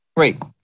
Great